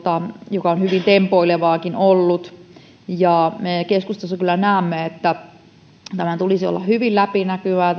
on hyvin tempoilevaakin ollut me keskustassa kyllä näemme että tämän yliopisto ja korkeakoulurahoituksen tulisi olla hyvin läpinäkyvää